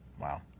Wow